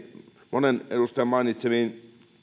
näihin monen edustajan mainitsemiin